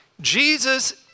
Jesus